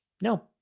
No